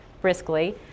briskly